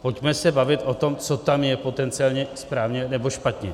Pojďme se bavit o tom, co tam je potenciálně správně nebo špatně.